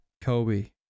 Kobe